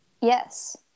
yes